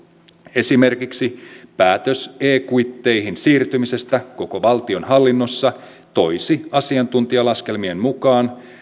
esimerkiksi päätös e kuitteihin siirtymisestä koko valtionhallinnossa toisi asiantuntijalaskelmien mukaan